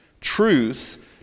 truth